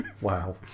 Wow